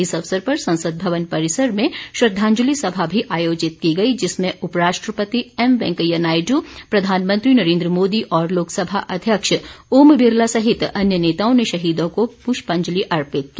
इस अवसर पर संसद भवन परिसर में श्रद्धांजलि सभा भी आयोजित की गई जिसमें उपराष्ट्रपति एम वेंकैया नायडू प्रधानमंत्री नरेंद्र मोदी और लोकसभा अध्यक्ष ओम बिरला सहित अन्य नेताओं ने शहीदों को पुष्पांजलि अर्पित की